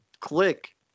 Click